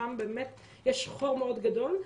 שם באמת יש חור מאוד גדול,